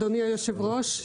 אדוני יושב הראש,